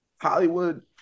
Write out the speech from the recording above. Hollywood